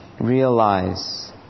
realize